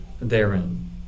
therein